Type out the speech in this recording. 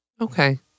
Okay